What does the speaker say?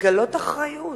לגלות אחריות,